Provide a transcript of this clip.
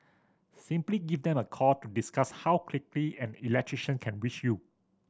simply give them a call to discuss how quickly an electrician can reach you